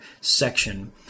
section